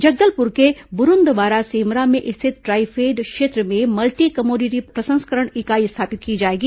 जगदलपुर के बुरूदवारा सेमरा में स्थित ट्राईफेड क्षेत्र में मल्टी कमोडिटी प्रसंस्करण इकाई स्थापित की जाएगी